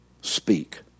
speak